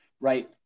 right